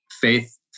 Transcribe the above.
faith